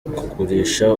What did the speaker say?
kugurisha